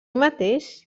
mateix